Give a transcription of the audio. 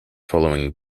following